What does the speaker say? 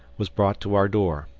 was brought to our door.